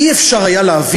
לא היה אפשר להבין